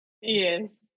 Yes